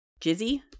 Jizzy